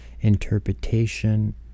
interpretation